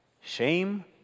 Shame